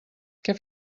què